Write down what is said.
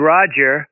Roger